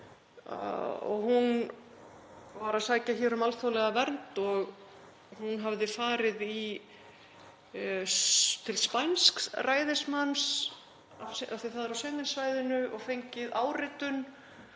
Hún var að sækja hér um alþjóðlega vernd og hún hafði farið til spænsks ræðismanns af því að það er á Schengen-svæðinu og fengið áritun